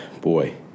Boy